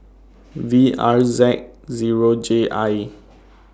V R Z Zero J I